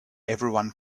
everyone